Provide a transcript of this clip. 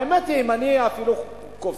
האמת היא, אני אפילו קופץ.